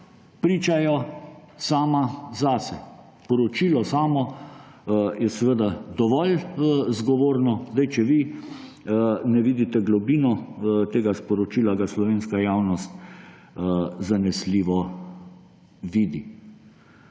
pričajo sama zase. Poročilo samo je dovolj zgovorno. Če vi ne vidite globine tega sporočila, ga slovenska javnost zanesljivo vidi.